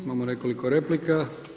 Imamo nekoliko replika.